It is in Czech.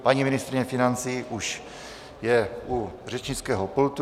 Paní ministryně financí už je u řečnického pultu.